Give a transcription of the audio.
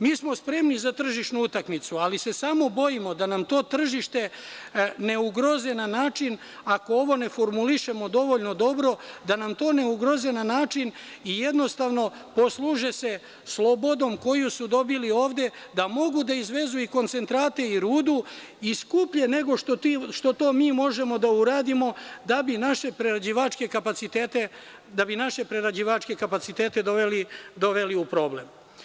Mi smo spremni za tržišnu utakmicu, ali se samo bojimo da nam to tržište ne ugroze na način, ako ovo ne formulišemo dovoljno dobro, i jednostavno posluže se slobodom koju su dobili ovde da mogu da izvezu i koncentrate i rudu i skuplje, nego što to mi možemo da radimo da bi naše prerađivačke kapacitete doveli u problem.